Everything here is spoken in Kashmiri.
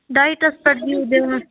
ڈایِٹس پیٚٹھ دِیِو دھیان